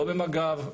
לא במג"ב.